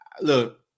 look